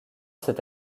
cette